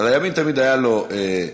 הרי תמיד היו לימין,